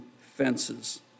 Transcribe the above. fences